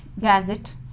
Gazette